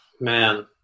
Man